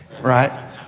right